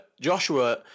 Joshua